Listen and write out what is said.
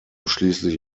schließlich